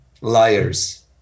liars